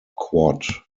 quad